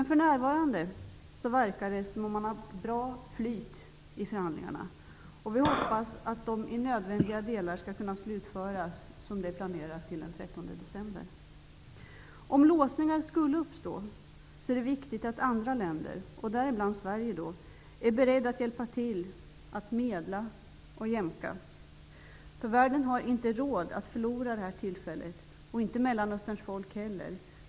För närvarande verkar det dock som man har bra flyt i förhandlingarna. Vi hoppas att de i nödvändiga delar skall kunna slutföras som planerat till den 13 Om låsningar skulle uppstå är det viktigt att andra länder, däribland Sverige, är beredda att hjälpa till att medla och jämka. Världen och Mellanösterns folk har inte råd att förlora detta tillfälle.